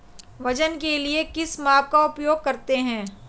वजन के लिए किस माप का उपयोग करते हैं?